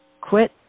quit